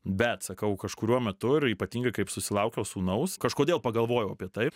bet sakau kažkuriuo metu ir ypatingai kaip susilaukiau sūnaus kažkodėl pagalvojau apie taip